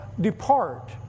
depart